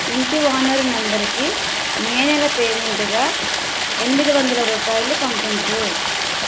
ఇంటి ఓనర్ నంబరుకి మే నెల పేమెంటుగా ఎనిమిది వందల రూపాయిలు పంపించుము